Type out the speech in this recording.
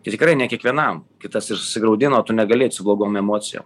tai tikrai ne kiekvienam kitas ir susigraudina o tu negali eit su blogom emocijom